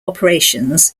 operations